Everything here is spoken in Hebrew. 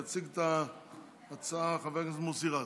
יציג את ההצעה חבר הכנסת מוסי רז.